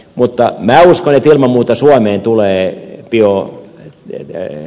mutta minä uskon että ilman muuta suomeen tulee biotehdas